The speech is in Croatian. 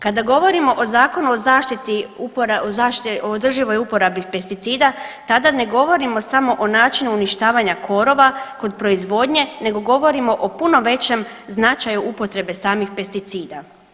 Kada govorimo o Zakonu o zaštiti, o održivoj uporabi pesticida tada ne govorimo samo o načinu uništavanja korova kod proizvodnje nego govorimo o puno većem značaju upotrebe samih pesticida.